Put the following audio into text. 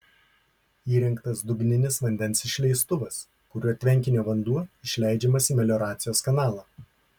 įrengtas dugninis vandens išleistuvas kuriuo tvenkinio vanduo išleidžiamas į melioracijos kanalą